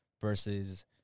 versus